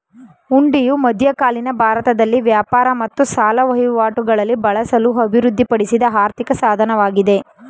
ಹುಂಡಿಯು ಮಧ್ಯಕಾಲೀನ ಭಾರತದಲ್ಲಿ ವ್ಯಾಪಾರ ಮತ್ತು ಸಾಲ ವಹಿವಾಟುಗಳಲ್ಲಿ ಬಳಸಲು ಅಭಿವೃದ್ಧಿಪಡಿಸಿದ ಆರ್ಥಿಕ ಸಾಧನವಾಗಿದೆ